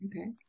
Okay